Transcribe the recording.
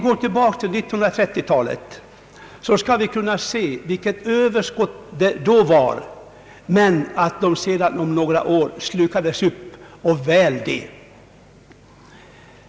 På 1930-talet fanns ett överskott som slukades upp några år senare, och väl det.